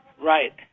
Right